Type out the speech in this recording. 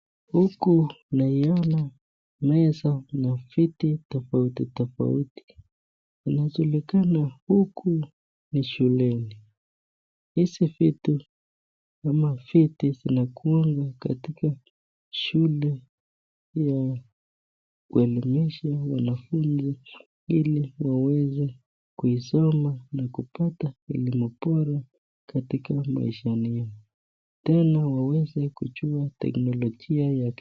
Huku naiona meza na viti tofauti tofauti. Inajulikana huku ni shuleni. Hizi vitu kama viti zinakuanga katika shule ya kuelimisha wanafunzi ili waweze kuisoma na kupata elimu bora katika maishani. Tena waweze kujua teknolojia yaki.